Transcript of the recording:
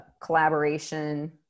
collaboration